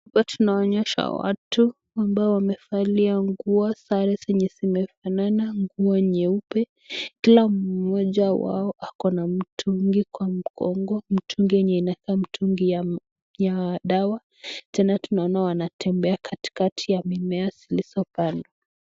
Hapa tunaonyeshwa watu ambao wamevalia nguo sare zenye zimefanana nguo nyeupe ,kila mmoja wao akona mtungi kwa mgongo mtungi yenye inakaa mtungi ya dawa tena tunaona wanatembea katikati ya mimea zilizopandwa.